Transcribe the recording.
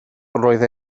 roedd